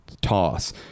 toss